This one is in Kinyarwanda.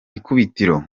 ikubitiro